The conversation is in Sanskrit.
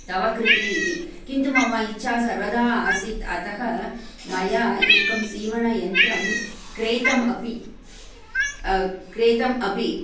तव कृते इति किन्तु मम इच्छा सर्वदा आसीत् अतः मया एकं सीवणयन्त्रं क्रीतम् अपि क्रीतम् अपि